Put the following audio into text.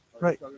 Right